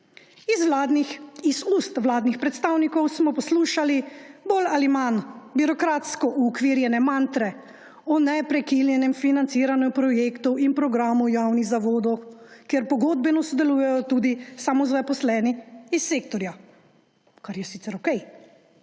Iz ust vladnih predstavnikov smo poslušali bolj ali manj birokratsko uokvirjene mantre o neprekinjenem financiranju projektov in programov javnih zavodov, kjer pogodbeno sodelujejo tudi samozaposleni iz sektorja. Kar je sicer okej